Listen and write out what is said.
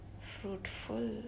fruitful